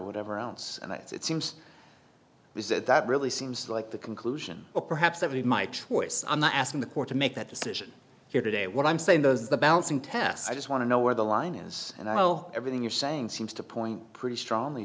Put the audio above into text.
whatever else and that's it seems that that really seems like the conclusion or perhaps every my choice i'm not asking the court to make that decision here today what i'm saying goes the balancing test i just want to know where the line is and i know everything you're saying seems to point pretty strongly